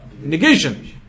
Negation